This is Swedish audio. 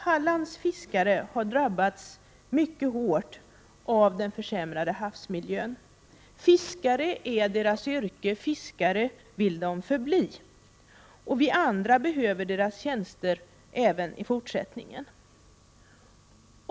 Hallands fiskare har drabbats mycket hårt av den försämrade havsmiljön. Fisket är deras yrke, och fiskare vill de förbli. Och vi andra behöver deras tjänster även i fortsättningen.